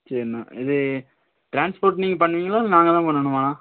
சரிண்ணா இது ட்ரான்ஸ்ஃபோர்ட் நீங்கள் பண்ணுவீங்களா இல்லை நாங்கள் தான் பண்ணணுமா